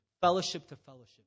fellowship-to-fellowship